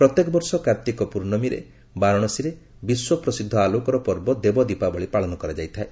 ପ୍ରତ୍ୟେକ ବର୍ଷ କାର୍ତ୍ତିକ ପ୍ରର୍ଷମୀରେ ବାରାଣସୀରେ ବିଶ୍ୱପ୍ରସିଦ୍ଧ ଆଲୋକର ପର୍ବ ଦେବ ଦୀପାବଳି ପାଳନ କରାଯାଇଥାଏ